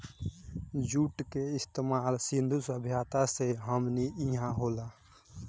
जुट के इस्तमाल सिंधु सभ्यता से हमनी इहा होला